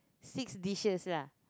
six dishes lah